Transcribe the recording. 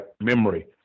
memory